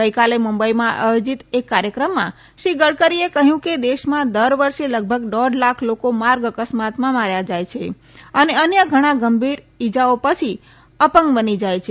ગઇકાલે મુંબઇમાં આયોજીત એક કાર્યક્રમમાં શ્રી ગડકરીએ કહ્યું કે દેશમાં દર વર્ષે લગભગ દોઢ લાખ લોકો માર્ગ અકસ્માતમાં માર્યા જાય છે અને અન્ય ઘણા ગંભીર ઇજાઓ પછી અપંગ બની જાય છે